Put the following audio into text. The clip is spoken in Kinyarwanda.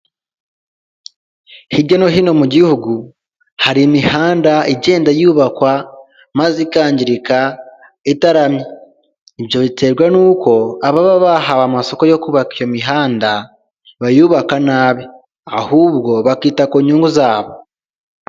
Hirya no hino mu gihugu hari imihanda igenda yubakwa maze ikangirika itaramye, ibyo biterwa n'uko ababa bahawe amasoko yo kubaka iyo mihanda bayubaka nabi ahubwo bakita ku nyungu zabo.